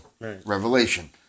revelation